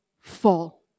fall